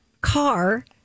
car